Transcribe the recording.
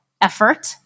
effort